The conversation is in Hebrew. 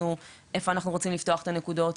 איפה אנחנו רוצים לפתוח את הנקודות,